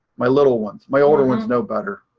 my little ones, my older ones know better.